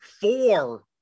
four